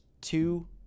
two